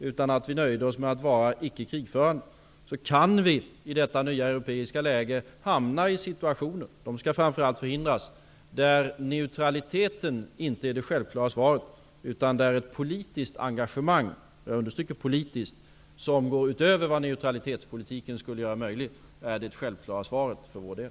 På samma sätt kan vi i detta nya europeiska läge hamna i situationer -- som framför allt skall förhindras -- där neutraliteten inte är det självklara utan där ett politiskt engagemang utöver vad en neutralitetspolitik skulle möjliggöra är det självklara svaret för vår del.